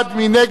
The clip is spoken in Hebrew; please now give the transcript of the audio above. מי נגד?